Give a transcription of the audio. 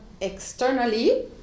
externally